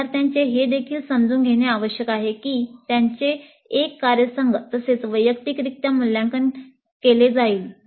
विद्यार्थ्यांचे हे देखील समजून घेणे आवश्यक आहे की त्यांचे एक कार्यसंघ तसेच वैयक्तिकरित्या मूल्यांकन केले जाईल